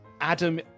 Adam